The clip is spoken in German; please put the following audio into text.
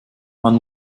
man